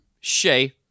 Shay